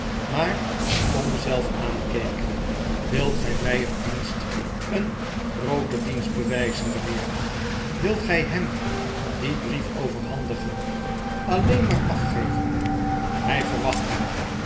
maar tom zelf aankeek wilt gij mij een dienst een grooten dienst bewijzen mijnheer wilt gij hem dien brief overhandigen alleen maar afgeven hij verwacht hem